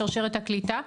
בשרשרת הקליטה,